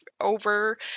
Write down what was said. over